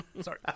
Sorry